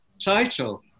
title